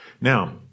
Now